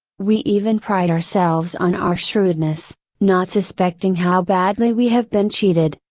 we even pride ourselves on our shrewdness, not suspecting how badly we have been cheated,